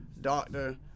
doctor